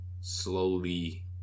slowly